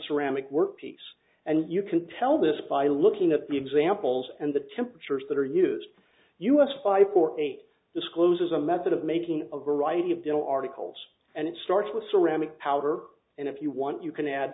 ceramic workpiece and you can tell this by looking at the examples and the temperatures that are used us five or eight discloses a method of making a variety of dental articles and it starts with ceramic powder and if you want you can add